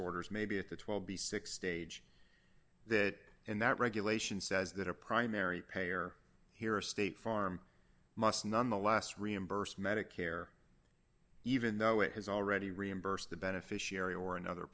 orders may be at the twenty six stage that and that regulation says that a primary payer here a state farm must nonetheless reimburse medicare even though it has already reimbursed the beneficiary or another